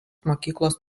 mokyklos